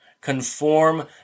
Conform